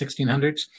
1600s